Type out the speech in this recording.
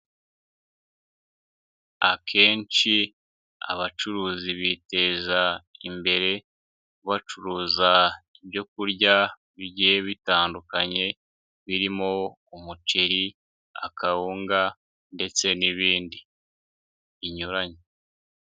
Akenshi abacuruzi biteza imbere, bacuruza ibyokurya bigiye bitandukanye, birimo umuceri, akawunga ndetse n'ibindi, binyuranye.